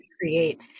create